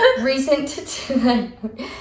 recent